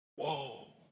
Whoa